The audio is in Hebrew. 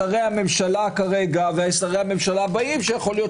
שרי הממשלה כרגע ושרי הממשלה הבאים שיכול להיות